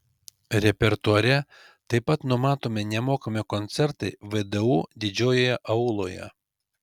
repertuare taip pat numatomi nemokami koncertai vdu didžiojoje auloje